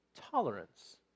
Tolerance